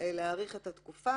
להאריך את התקופה,